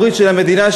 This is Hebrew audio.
עשר דקות, בבקשה.